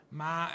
ma